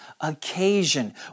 occasion